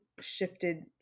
shifted